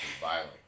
violent